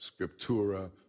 scriptura